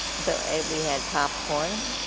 but we had popcorn